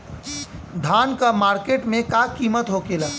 धान क मार्केट में का कीमत होखेला?